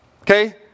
Okay